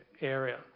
area